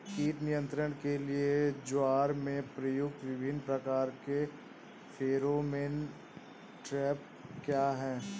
कीट नियंत्रण के लिए ज्वार में प्रयुक्त विभिन्न प्रकार के फेरोमोन ट्रैप क्या है?